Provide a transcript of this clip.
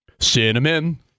Cinnamon